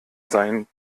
sein